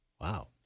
Wow